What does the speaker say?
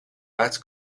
arts